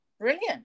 Brilliant